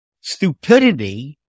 stupidity